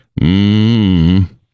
Mmm